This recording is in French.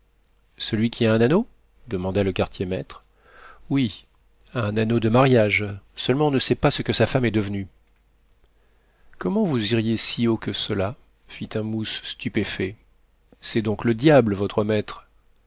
celui qui a un anneau demanda le quartier maître oui un anneau de mariage seulement on ne sait pas ce que sa femme est devenue comment vous iriez si haut que cela fit un mousse stupéfait c'est donc le diable votre maître